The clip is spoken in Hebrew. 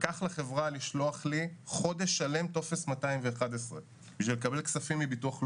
לקח לחברה לשלוח לי חודש שלם טופס 211 בשביל לקבל כספים מביטוח לאומי.